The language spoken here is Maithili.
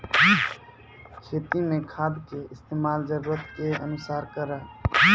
खेती मे खाद के इस्तेमाल जरूरत के अनुसार करऽ